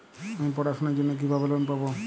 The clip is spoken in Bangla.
আমি পড়াশোনার জন্য কিভাবে লোন পাব?